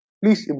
please